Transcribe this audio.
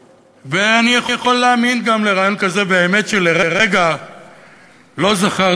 לא, אני אוותר על שתי דקות, או שלוש, או חמש.